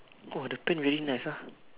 oh the paint very nice ah